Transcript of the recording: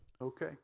Okay